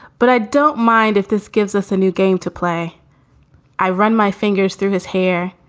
but i don't mind if this gives us a new game to play i run my fingers through his hair.